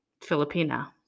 Filipina